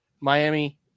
Miami